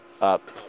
up